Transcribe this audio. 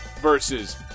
versus